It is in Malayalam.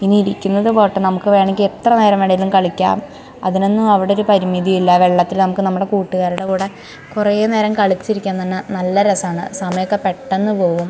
ഇനി ഇരിക്കുന്നത് പോവട്ടെ നമുക്ക് വേണമെങ്കിൽ എത്ര നേരം വേണമെങ്കിലും കളിക്കാം അതിനൊന്നും അവിടെ ഒരു പരിമിതി ഇല്ല വെള്ളത്തിൽ നമുക്ക് നമ്മുടെ കൂട്ടുകാരുടെ കൂടെ കുറേ നേരം കളിച്ചിരിക്കാൻ തന്നെ നല്ല രസമാണ് സമയമൊക്കെ പെട്ടെന്ന് പോവും